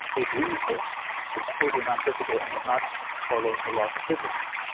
a dreamscape is totally nonphysical and does not follow the laws of physics.